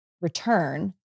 return